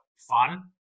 fun